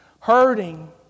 hurting